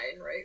right